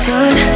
Sun